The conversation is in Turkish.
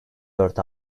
dört